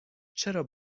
چرا